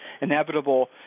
inevitable